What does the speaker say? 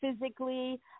physically